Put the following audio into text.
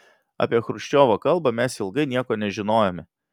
apie chruščiovo kalbą mes ilgai nieko nežinojome